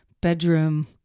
bedroom